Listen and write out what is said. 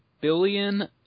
billion